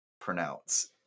pronounce